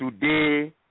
Today